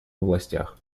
областях